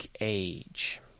Age